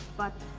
but